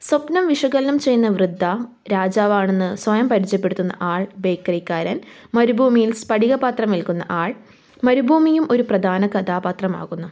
സ്വപ്നം വിശകലനം ചെയ്യുന്ന വൃദ്ധ രാജാവാണെന്ന് സ്വയം പരിചയപ്പെടുത്തുന്ന ആൾ ബേക്കറിക്കാരൻ മരുഭൂമിയിൽ സ്പടികപാത്രം വിൽകുന്ന ആൾ മരുഭൂമിയും ഒരു പ്രധാന കഥാപാത്രം ആകുന്നു